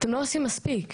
אתם לא עושים מספיק.